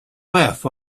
laugh